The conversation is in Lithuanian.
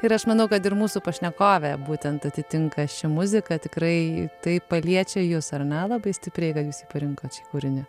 ir aš manau kad ir mūsų pašnekovę būtent atitinka ši muzika tikrai tai paliečia jus ar ne labai stipriai kad jūs parinkot šį kūrinį